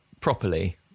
properly